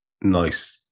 nice